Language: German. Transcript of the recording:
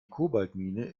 kobaltmine